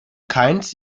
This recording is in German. keines